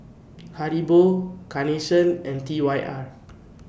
Haribo Carnation and T Y R